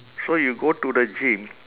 so you go to the gym